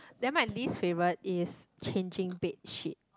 then my least favorite is changing bed sheet